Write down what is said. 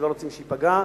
ולא רוצים שייפגע,